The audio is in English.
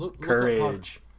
courage